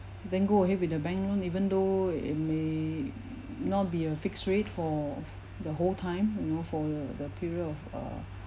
then go ahead with the bank loan even though it may not be a fixed rate for f~ the whole time you know for the period of err